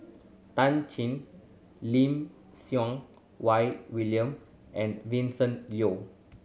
Tan Shen Lim Siew Wai William and Vincent Leow